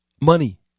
Money